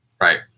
Right